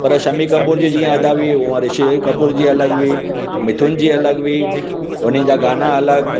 पर शम्मी कपूर जी जीअं अदा हुई उहा ऋषि कपूर जी अलॻि हुई मिथुन जी अलॻि हुई हुन जा गाना अलॻि